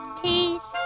teeth